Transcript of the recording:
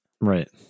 Right